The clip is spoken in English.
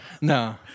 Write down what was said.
No